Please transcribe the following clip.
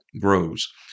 grows